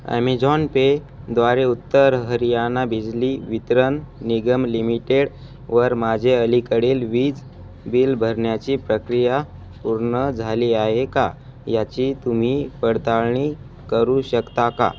Amazon Pay द्वारे उत्तर हरियाणा बिजली वितरण निगम लिमिटेडवर माझे अलीकडील वीज बिल भरण्याची प्रक्रिया पूर्ण झाली आहे का याची तुम्ही पडताळणी करू शकता का